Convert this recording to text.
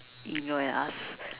email and ask